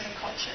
culture